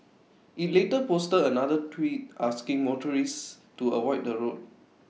IT later posted another tweet asking motorists to avoid the road